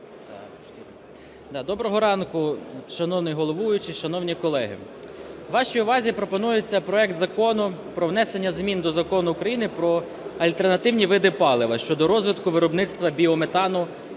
Доброго ранку, шановний головуючий, шановні колеги! Вашій увазі пропонується проект Закону про внесення змін до Закону України "Про альтернативні види палива" щодо розвитку виробництва біометану